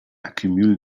accumule